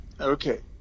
Okay